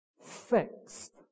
fixed